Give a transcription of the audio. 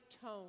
tone